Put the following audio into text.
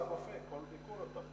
עבור כל ביקור אצל רופא אתה משלם.